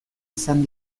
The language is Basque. izan